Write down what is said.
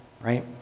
right